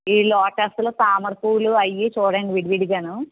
ఈ లోటస్లు తామర పూలు అవి చూడండి విడిగాను